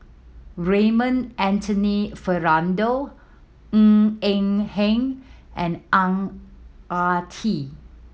Raymond Anthony Fernando Ng Eng Hen and Ang Ah Tee